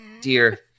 dear